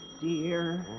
dear